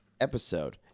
episode